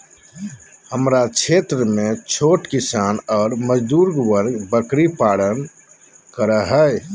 हमरा क्षेत्र में छोट किसान ऑर मजदूर वर्ग बकरी पालन कर हई